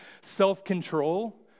self-control